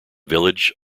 village